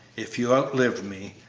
if you outlive me,